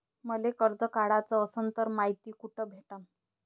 मले कर्ज काढाच असनं तर मायती कुठ भेटनं?